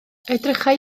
edrychai